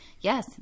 yes